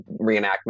reenactment